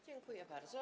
Dziękuję bardzo.